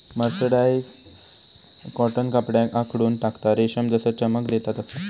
mercerised cotton कपड्याक आखडून टाकता, रेशम जसा चमक देता तसा